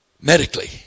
medically